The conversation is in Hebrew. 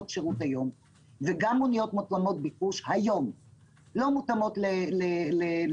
שירות היום וגם מוניות מותאמות ביקוש - היום לא מותאמות לנגישות.